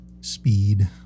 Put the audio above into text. speed